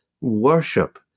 worship